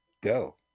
go